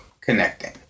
connecting